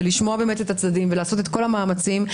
ולשמוע באמת את הצדדים ולעשות את כל המאמצים.